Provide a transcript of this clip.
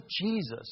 Jesus